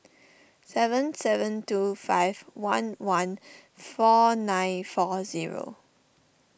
seven seven two five one one four nine four zero